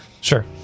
Sure